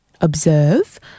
observe